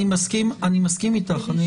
אני מסכים איתך.